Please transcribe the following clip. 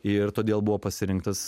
ir todėl buvo pasirinktas